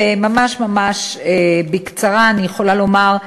וממש בקצרה אני יכולה לומר,